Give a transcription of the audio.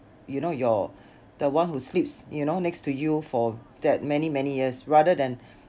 you know your the one who sleeps you know next to you for that many many years rather than